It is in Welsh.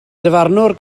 dyfarnwr